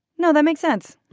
no, that makes sense.